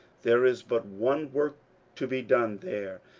there is but one work to be done there,